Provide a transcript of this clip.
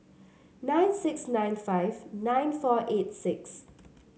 nine six nine five nine four eight six